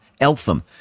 Eltham